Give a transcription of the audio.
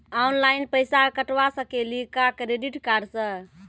Online पैसा कटवा सकेली का क्रेडिट कार्ड सा?